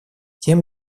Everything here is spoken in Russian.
тем